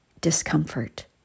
discomfort